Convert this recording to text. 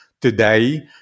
today